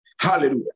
Hallelujah